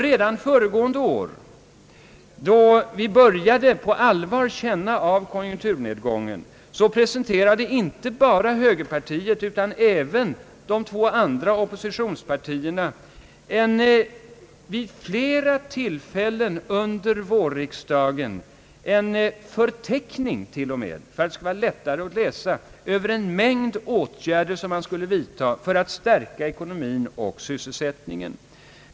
Redan föregående år då vi på allvar började känna av konjunkturnedgången presenterade inte bara högerpartiet, utan även de två andra oppositionspartierna vid flera tillfällen under vårriksdagen en förteckning — för att det skulle vara lättare att läsa — över en mängd åtgärder som skulle vidtagas för att stärka ekonomin och sysselsättningen.